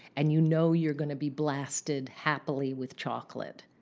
and you know you're going to be blasted happily with chocolate.